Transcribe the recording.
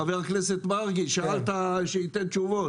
חבר הכנסת מרגי, ביקשת שייתן תשובות